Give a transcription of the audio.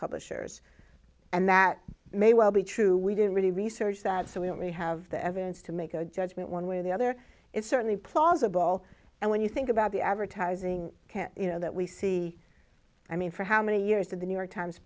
publishers and that may well be true we didn't really research that so we don't really have the evidence to make a judgement one way or the other it's certainly plausible and when you think about the advertising can you know that we see i mean for how many years of the new york times